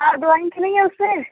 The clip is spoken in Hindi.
ये ड्रॉइंग की नहीं है उसमें